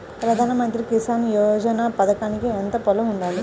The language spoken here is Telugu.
ప్రధాన మంత్రి కిసాన్ యోజన పథకానికి ఎంత పొలం ఉండాలి?